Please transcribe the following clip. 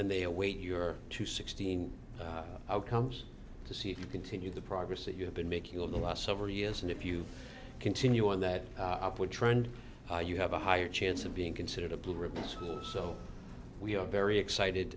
then they await your two sixteen outcomes to see if you continue the progress that you have been making over the last several years and if you continue on that upward trend you have a higher chance of being considered a blue ribbons who so we are very excited